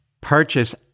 purchase